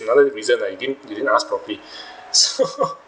another reason I think he didn't ask properly so